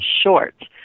Short